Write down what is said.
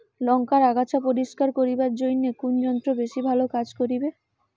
লংকার আগাছা পরিস্কার করিবার জইন্যে কুন যন্ত্র বেশি ভালো কাজ করিবে?